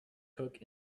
cook